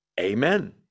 amen